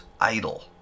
idol